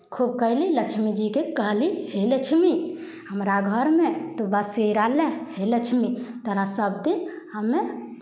खूब कयली लक्ष्मीजीकेँ कहली हे लक्ष्मी हमरा घरमे तू बसेरा लए हे लक्ष्मी तोरा सभदिन हम्मे